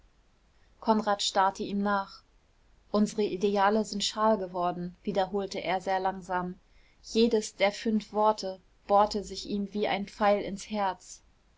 konrad starrte ihm nach unsere ideale sind schal geworden wiederholte er sehr langsam jedes der fünf worte bohrte sich ihm wie ein pfeil ins herz